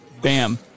bam